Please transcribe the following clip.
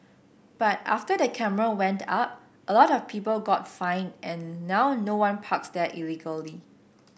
but after the camera went up a lot of people got fined and now no one parks there illegally